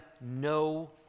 no